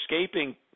escaping